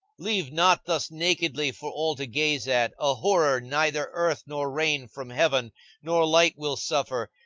leave not thus nakedly for all to gaze at a horror neither earth nor rain from heaven nor light will suffer.